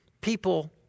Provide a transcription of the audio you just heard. people